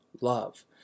love